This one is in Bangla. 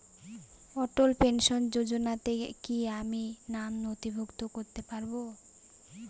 অটল পেনশন যোজনাতে কি আমি নাম নথিভুক্ত করতে পারবো?